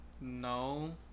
no